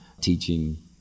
teaching